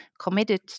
committed